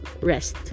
rest